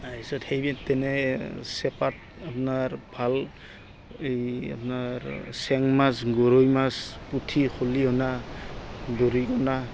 তাৰপিছত সেইবিধ তেনে চেপাত আপোনাৰ ভাল এই আপোনাৰ চেং মাছ গৰৈ মাছ পুঠি খলিহনা দৰিকনা